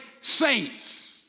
saints